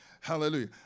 Hallelujah